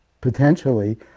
potentially